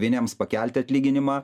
vieniems pakelti atlyginimą